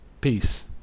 Peace